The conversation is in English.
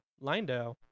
Lindau